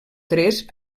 tres